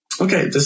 Okay